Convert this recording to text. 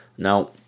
now